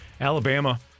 Alabama